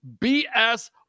BS